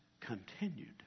continued